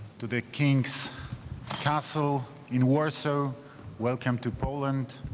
to the king's castle in warsaw. so welcome to poland.